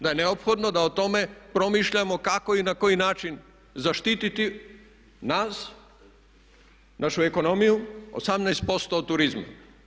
Da je neophodno da o tome promišljamo kako i na koji način zaštiti nas, našu ekonomiju, 18% od turizma.